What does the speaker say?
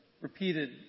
repeated